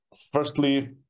firstly